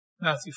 Matthew